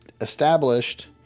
established